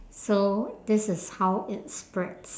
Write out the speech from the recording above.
so this is how it spreads